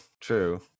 True